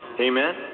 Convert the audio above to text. Amen